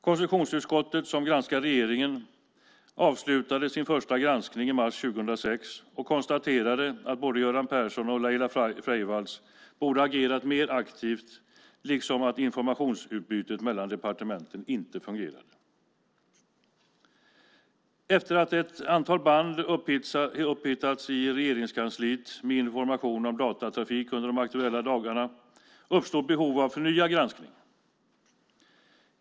Konstitutionsutskottet, som granskar regeringen, avslutade sin första granskning i mars 2006 och konstaterade att både Göran Persson och Laila Freivalds borde ha agerat mer aktivt liksom att informationsutbytet mellan departementen inte fungerade. Efter att ett antal band upphittats i Regeringskansliet med information om datatrafik under de aktuella dagarna uppstod behov av förnyad granskning.